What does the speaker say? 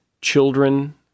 children